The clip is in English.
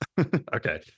Okay